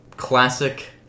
Classic